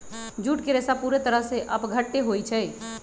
jute के रेशा पूरे तरह से अपघट्य होई छई